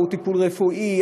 עבור טיפול רפואי,